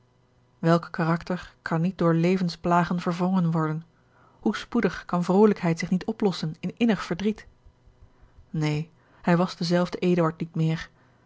welk karakter kan niet door levensplagen verwrongen worden hoe spoedig kan vrolijkheid zich niet oplossen in innig verdriet george een ongeluksvogel neen hij was dezelfde eduard niet meer